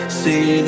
see